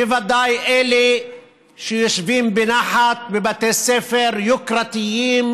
בוודאי אלה שיושבים בנחת בבתי ספר יוקרתיים,